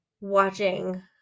watching